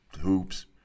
hoops